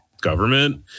government